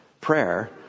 Prayer